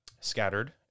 scattered